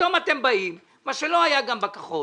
פתאום אתם באים, מה שלא היה גם בכחול,